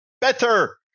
better